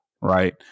Right